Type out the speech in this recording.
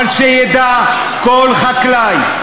אבל שידע כל חקלאי,